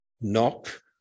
Knock